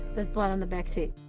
there's blood on the backseat.